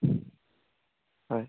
হয়